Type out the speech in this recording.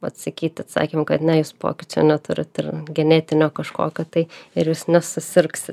atsakyti atsakymu kad ne jūs pokyčio neturit ir genetinio kažko kad tai ir jūs nesusirgsit